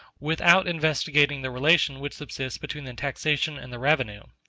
without investigating the relation which subsists between the taxation and the revenue.